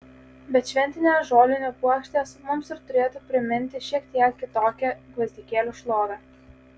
bet šventinės žolinių puokštės mums ir turėtų priminti šiek tiek kitokią gvazdikėlių šlovę